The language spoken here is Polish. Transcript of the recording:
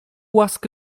łask